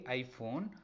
iPhone